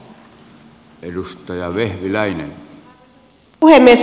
arvoisa puhemies